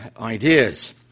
Ideas